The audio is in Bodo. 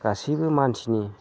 गासिबो मानसिनि